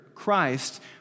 Christ